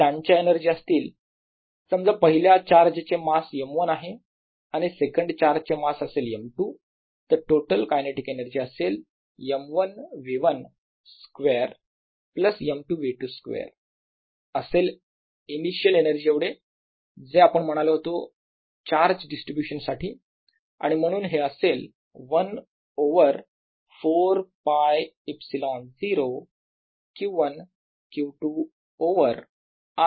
तर त्यांच्या एनर्जी असतील समजा पहिल्या चार्जे चे मास m1 आहे आणि सेकंड चार्ज से मास असेल m2 तर टोटल कायनेटिक एनर्जी असेल m1 v 1 square plus m2 v 2 square असेल इनिशियल एनर्जी एवढे जे आपण म्हणालो होतो चार्ज डिस्ट्रीब्यूशन साठी आणि म्हणून हे असेल 1 over 4ㄫε0 Q1 Q2 over r 12